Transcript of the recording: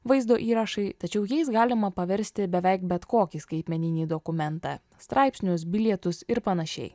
vaizdo įrašai tačiau jais galima paversti beveik bet kokį skaitmeninį dokumentą straipsnius bilietus ir panašiai